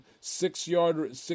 Six-yard